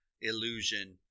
illusion